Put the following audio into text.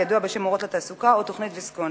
הידוע בשם "אורות לתעסוקה" או תוכנית ויסקונסין.